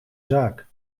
zaak